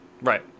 right